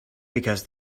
because